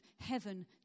heaven